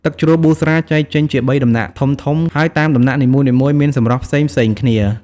ទឹកជ្រោះប៊ូស្រាចែកចេញជាបីដំណាក់ធំៗ ហើយតាមដំណាក់នីមួយៗមានសម្រស់ផ្សេងៗគ្នា។